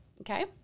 Okay